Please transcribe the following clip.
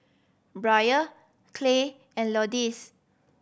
Bria Clay and Lourdes